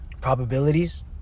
Probabilities